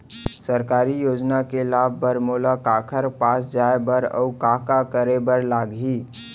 सरकारी योजना के लाभ बर मोला काखर पास जाए बर अऊ का का करे बर लागही?